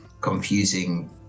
confusing